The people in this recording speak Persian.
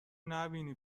نبینی